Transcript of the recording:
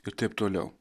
ir taip toliau